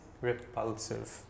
repulsive